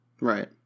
Right